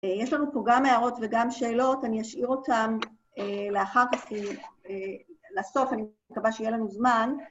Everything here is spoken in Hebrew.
יש לנו פה גם הערות וגם שאלות, אני אשאיר אותן לאחר כך, לסוף, אני מקווה שיהיה לנו זמן.